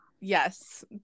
Yes